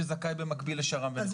שזכאי במקביל לשר"מ ונכות.